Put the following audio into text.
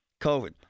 COVID